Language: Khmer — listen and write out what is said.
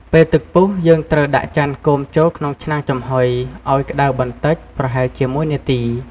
ពេលទឹកពុះ យើងត្រូវដាក់ចានគោមចូលក្នុងឆ្នាំងចំហុយឱ្យក្ដៅបន្តិច ប្រហែលជា ១ នាទី។